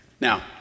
Now